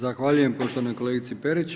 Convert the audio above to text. Zahvaljujem poštovanoj kolegici Perić.